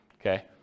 Okay